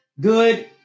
good